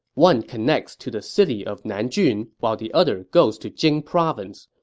one connects to the city of nanjun, while the other goes to jing province.